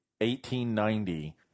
1890